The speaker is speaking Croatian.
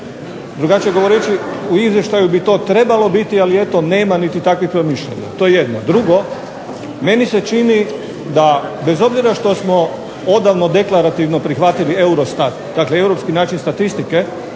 Drugačije govoreći u izvještaju bi to trebalo biti, ali eto nema niti takvih promišljanja. To je jedno. Drugo. Meni se čini da bez obzira što smo odavno deklarativno prihvatili Eurostat, dakle europski način statistike